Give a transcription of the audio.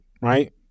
right